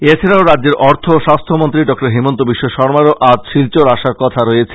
এছাড়াও রাজ্যের অর্থ ও স্বাস্থ্যমন্ত্রী ডঃ হিমন্ত বিশ্বশর্মারও আজ শিলচর আসার কথা রয়েছে